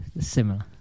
Similar